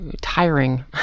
tiring